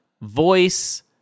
Voice